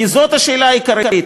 כי זאת השאלה העיקרית.